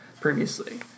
previously